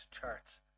charts